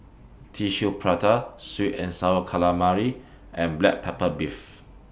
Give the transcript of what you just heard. Tissue Prata Sweet and Sour Calamari and Black Pepper Beef